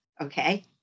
Okay